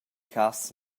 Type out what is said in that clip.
cass